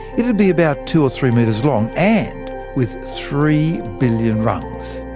it'd be about two or three metres long, and with three billion rungs.